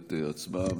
מחייבת הצבעה.